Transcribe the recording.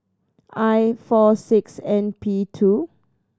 I four six N P two